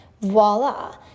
voila